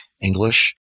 English